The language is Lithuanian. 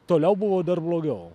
toliau buvo dar blogiau